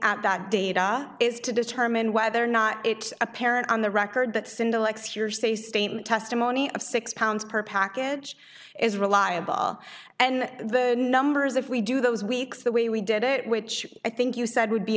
at that data is to determine whether or not it's apparent on the record that cindy likes hearsay statement testimony of six pounds per package is reliable and the numbers if we do those weeks the way we did it which i think you said would be